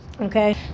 Okay